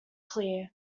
clear